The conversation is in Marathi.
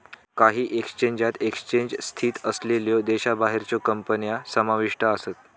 काही एक्सचेंजात एक्सचेंज स्थित असलेल्यो देशाबाहेरच्यो कंपन्या समाविष्ट आसत